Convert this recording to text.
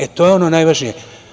E, to je ono najvažnije.